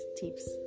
tips